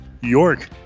York